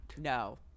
No